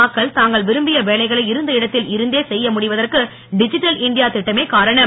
மக்கள் தாங்கள் விரும்பிய வேலைகளை இருந்த இடத்தில் இருந்து செய்ய முடிவதற்கு டிதிட்டல் இண்டியா திட்டமே காரணம்